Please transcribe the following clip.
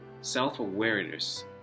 Self-awareness